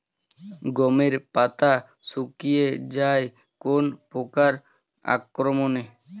গমের পাতা শুকিয়ে যায় কোন পোকার আক্রমনে?